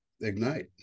ignite